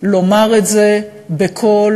לומר את זה בקול,